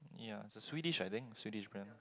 ya is a Swedish I think Swedish brand